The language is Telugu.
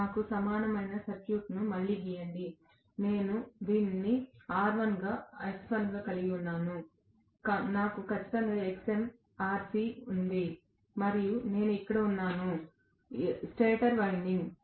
నాకు సమానమైన సర్క్యూట్ను మళ్లీ గీయండి నేను దీనిని R1 గా X1 గా కలిగి ఉన్నాను నాకు ఖచ్చితంగా Xm Rc ఉంది మరియు నేను ఇక్కడ ఉన్నాను స్టేటర్ వైండింగ్